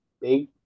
big